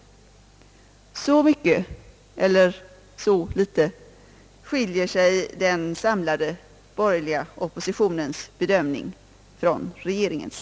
Så mycket eller så litet skiljer sig den samlade borgerliga oppositionens bedömning från regeringens.